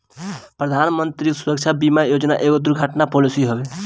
प्रधानमंत्री सुरक्षा बीमा योजना एगो दुर्घटना पॉलिसी हवे